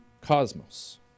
cosmos